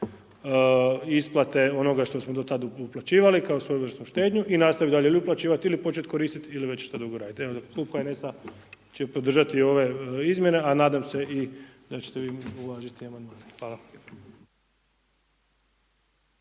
isplate onoga što smo do tada uplaćivali kao svojevrsnu štednju i nastavi dalje ili uplaćivat ili počet koristit ili već šta drugo radit. Evo dakle, Klub HNS-a će podržati ove izmjene a nadam se da ćete vi uvažiti amandmane. Hvale.